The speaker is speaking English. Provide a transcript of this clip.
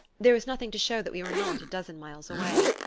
there was nothing to show that we were not a dozen miles away.